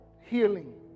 healing